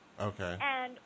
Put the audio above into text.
Okay